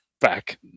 back